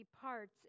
parts